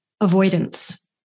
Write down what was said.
Avoidance